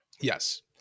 Yes